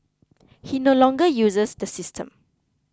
he no longer uses the system